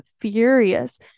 furious